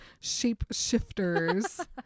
shapeshifters